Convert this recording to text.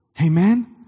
Amen